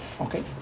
okay